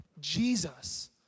Jesus